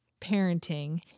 parenting